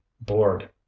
bored